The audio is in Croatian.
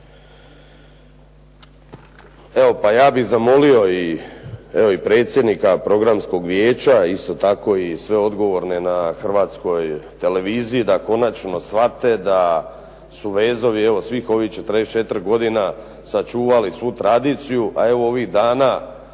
Evo pa ja bih zamolio i predsjednika programskog vijeća isto tako i sve odgovorne na Hrvatskoj televiziji, da konačno shvate da su Vezovi svih ovih 44 godine sačuvali svu tradiciju. A evo ovih dana